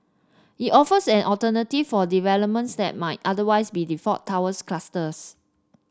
it offers an alternative for developments that might otherwise be default towers clusters